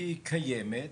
היא קיימת,